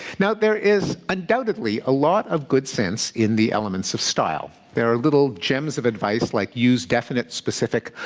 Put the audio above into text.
now, there is, undoubtedly, a lot of good sense in the elements of style. there are little gems of advice like use definite, specific,